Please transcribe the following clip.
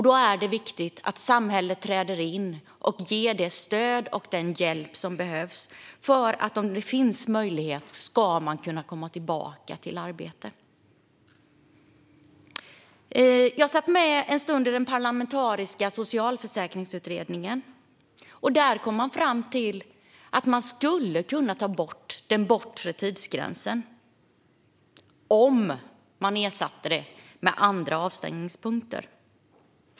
Då är det viktigt att samhället träder in och ger det stöd och den hjälp som behövs för att möjliggöra en återkomst till arbete. Jag satt med i den parlamentariska socialförsäkringsutredningen ett tag. Där kom man fram till att den bortre tidsgränsen skulle kunna tas bort om den ersattes med andra avstämningspunkter.